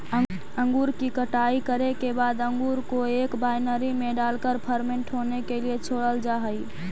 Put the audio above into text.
अंगूर की कटाई करे के बाद अंगूर को एक वायनरी में डालकर फर्मेंट होने के लिए छोड़ल जा हई